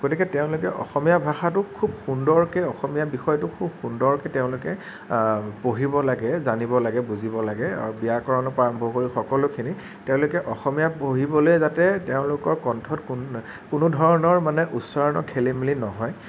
গতিকে তেওঁলোকে অসমীয়া ভাষাটোক খুব সুন্দৰকে অসমীয়া বিষয়টোক খুব সুন্দৰকে তেওঁলোকে পঢ়িব লাগে জানিব লাগে বুজিব লাগে ব্যাকৰণৰ পৰা আৰম্ভ কৰি সকলোখিনি তেওঁলোকে অসমীয়া পঢ়িবলৈ যাতে তেওঁলোকৰ কন্ঠত কোনো কোনো ধৰণৰ মানে উচ্চৰণৰ খেলিমেলি নহয়